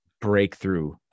breakthrough